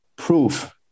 proof